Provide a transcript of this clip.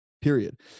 Period